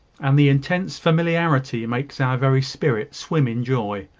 and the intense familiarity makes our very spirit swim in joy.